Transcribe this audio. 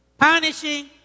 punishing